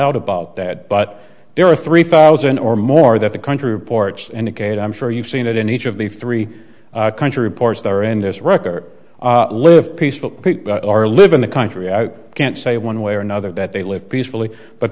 out about that but there are three thousand or more that the country reports and again i'm sure you've seen it in each of the three country ports that are in this record live peaceful or live in the country i can't say one way or another that they live peacefully but